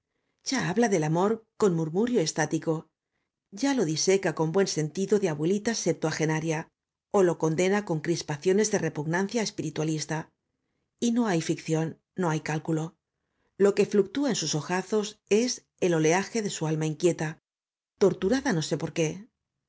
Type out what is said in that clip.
ya habla del amor con murmurio estático y a lo diseca con buen sentido de abuelita septuagenaria ó lo condena con crispaciones de repugnancia espiritualista y no hay ficción no hay cálculo lo que fluctúa en sus ojazos es el oleaje de su alma inquieta torturada no sé por qué